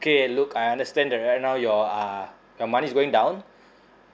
kay look I understand that right now your uh your money is going down